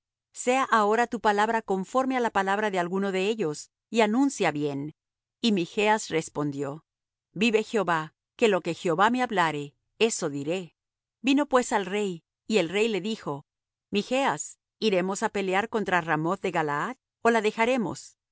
sea ahora tu palabra conforme á la palabra de alguno de ellos y anuncia bien y michas respondió vive jehová que lo que jehová me hablare eso diré vino pues al rey y el rey le dijo michas iremos á pelear contra ramoth de galaad ó la dejaremos